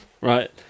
right